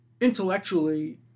intellectually